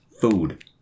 food